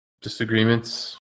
disagreements